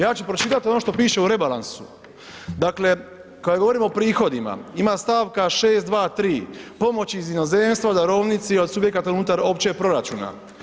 Ja ću pročitati ono što piše u rebalansu, dakle kada govorimo o prihodima ima stavka 623, pomoć iz inozemstva, o darovnici od subjekata unutar općeg proračuna.